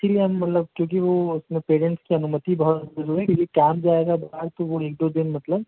इसीलिए हम मतलब क्योंकि वो इसमें पेरेंट्स की अनुमति बहुत ज़रूरी है क्योंकि जो क्लास जो है वो एक दो दिन मतलब